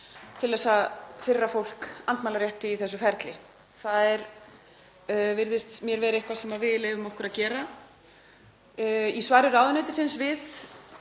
til að firra fólk andmælarétti í þessu ferli. Það virðist mér vera eitthvað sem við leyfum okkur að gera. Í svari ráðuneytisins við